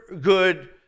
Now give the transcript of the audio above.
good